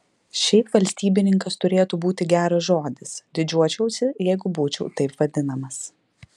šiaip valstybininkas turėtų būti geras žodis didžiuočiausi jeigu būčiau taip vadinamas